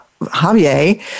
Javier